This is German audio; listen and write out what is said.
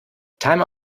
timer